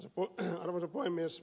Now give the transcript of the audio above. arvoisa puhemies